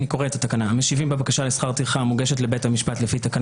"המשיבים בבקשה לשכר טרחה המוגשת לבית